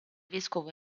vescovo